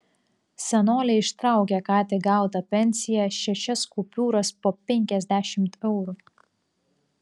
senolė ištraukė ką tik gautą pensiją šešias kupiūras po penkiasdešimt eurų